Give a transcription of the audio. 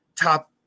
top –